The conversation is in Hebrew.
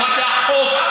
אמרתי: החוק.